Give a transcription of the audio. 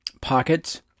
pockets